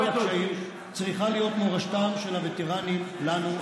הקשיים צריכה להיות מורשתם של הווטרנים לנו,